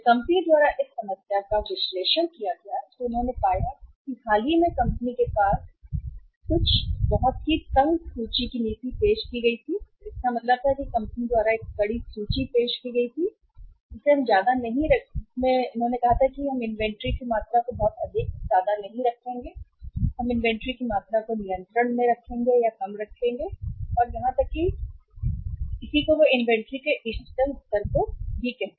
जब कंपनी द्वारा इस समस्या का विश्लेषण किया गया तो उन्होंने पाया कि हाल ही में कंपनी के पास था पेश या कुछ समय पहले कंपनी ने बहुत तंग सूची की नीति पेश की थी इसका मतलब यह है कि कंपनी द्वारा एक कड़ी सूची पेश की गई थी जिसे हम ज्यादा नहीं रखेंगे इन्वेंट्री की बहुत अधिक मात्रा और हम इन्वेंट्री की मात्रा को नियंत्रण में या उससे कम रखेंगे यहां तक कि इन्वेंट्री के इष्टतम स्तर का भी कहना है